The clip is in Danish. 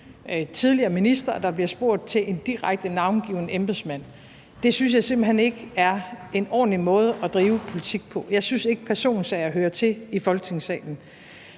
tidligere minister, og der bliver spurgt til en direkte navngiven embedsmand, og det synes jeg simpelt hen ikke er en ordentlig måde at drive politik på. Jeg synes ikke, personsager hører til i Folketingssalen.